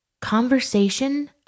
conversation